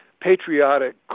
patriotic